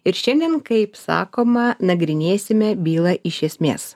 ir šiandien kaip sakoma nagrinėsime bylą iš esmės